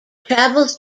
travels